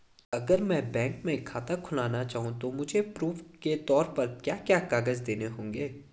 अगर मैं बैंक में खाता खुलाना चाहूं तो मुझे प्रूफ़ के तौर पर क्या क्या कागज़ देने होंगे?